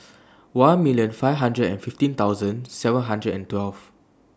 Pick one million five hundred and fifteen thousand seven hundred and twelve